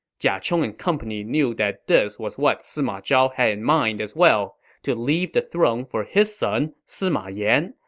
jia chong and company knew that this was what sima zhao had in mind as well to leave the throne for his son, sima yan.